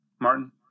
Martin